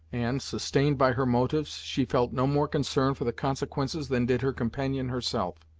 and, sustained by her motives, she felt no more concern for the consequences than did her companion herself,